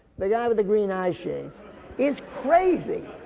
the guy with the green eye-shades is crazy.